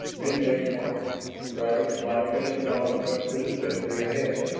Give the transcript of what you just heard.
menlik watched travis flash an acknowledgment to the sentry ahead.